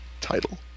title